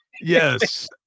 Yes